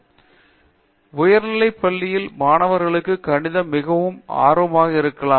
பேராசிரியர் பிரதாப் ஹரிடஸ் உயர்நிலை பள்ளியில் மாணவர்களுக்கு கணிதம் மிகவும் ஆர்வமாக இருக்கலாம்